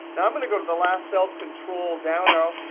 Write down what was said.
now i'm going to go to the last cell, control down arrow.